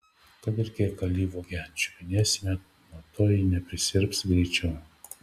kad ir kiek alyvuogę čiupinėsi nuo to ji neprisirps greičiau